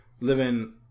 living